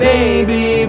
Baby